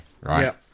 right